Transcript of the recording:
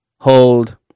hold